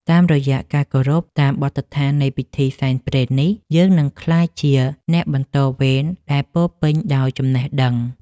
តាមរយៈការគោរពតាមបទដ្ឋាននៃពិធីសែនព្រេននេះយើងនឹងក្លាយជាអ្នកបន្តវេនដែលពោរពេញដោយចំណេះដឹង។